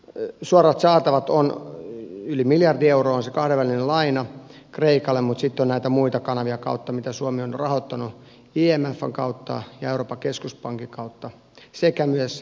suomen suorat saatavat ovat yli miljardi euroa joka on se kahdenvälinen laina kreikalle mutta sitten on näitä muita kanavia joiden kautta suomi on rahoittanut imfn kautta ja euroopan keskuspankin kautta sekä takaukset